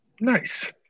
Nice